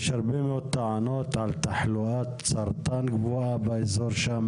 יש הרבה מאוד טענות על תחלואת סרטן גבוהה באזור שם